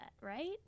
right